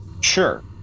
sure